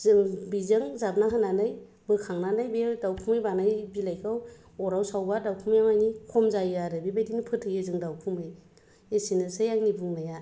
जों बिजों जाबना होनानै बोखांनानै बे दाउखुमै बानाय बिलाइखौ अराव सावोब्ला दाउखुमैया माने खम जायो आरो बेबायदिनो फोथैयो जों दाउखुमै एसेनोसै आंनि बुंनाया